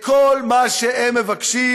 כל מה שהם מבקשים,